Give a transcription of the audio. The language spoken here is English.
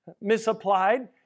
misapplied